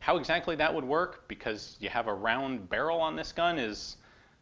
how exactly that would work because you have a round barrel on this gun is